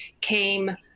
came